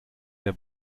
der